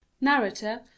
Narrator